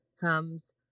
comes